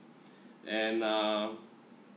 and err